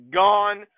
gone